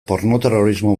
pornoterrorismo